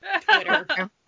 Twitter